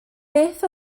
beth